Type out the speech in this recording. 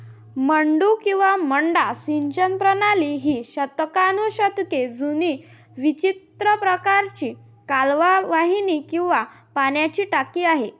मड्डू किंवा मड्डा सिंचन प्रणाली ही शतकानुशतके जुनी विचित्र प्रकारची कालवा वाहिनी किंवा पाण्याची टाकी आहे